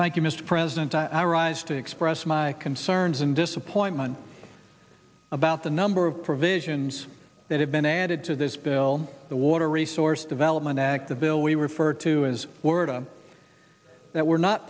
thank you mr president i rise to express my concerns and disappointment about the number of provisions that have been added to this bill the water resource development act the bill we refer to as word of that were not